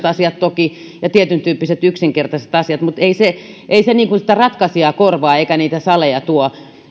asiat toki ja tietyn tyyppiset yksinkertaiset asiat mutta ei se ei se sitä ratkaisijaa korvaa eikä niitä saleja tuo